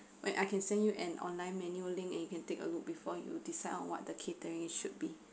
when I can send you an online menu link and you can take a look before you decide on what the catering should be